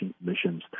missions